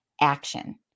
action